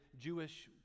Jewish